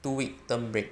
two week term break